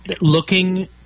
looking